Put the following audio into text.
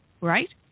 right